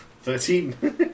Thirteen